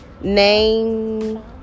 name